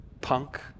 punk